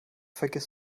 vergiss